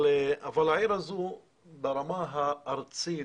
אבל העיר הזו ברמה הארצית,